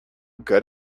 good